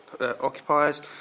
occupiers